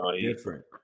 different